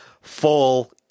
full